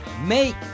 Make